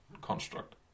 construct